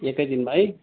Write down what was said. एकै दिनमा है